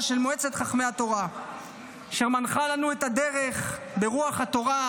של מועצת חכמי התורה אשר מנחה לנו את הדרך ברוח התורה,